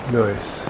nice